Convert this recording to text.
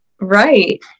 Right